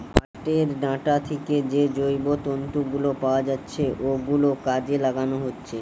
পাটের ডাঁটা থিকে যে জৈব তন্তু গুলো পাওয়া যাচ্ছে ওগুলো কাজে লাগানো হচ্ছে